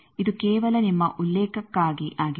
ಇದು ಕೇವಲ ನಿಮ್ಮ ಉಲ್ಲೇಖಕ್ಕಾಗಿ ಆಗಿದೆ